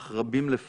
אך רבים לפנייך.